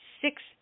six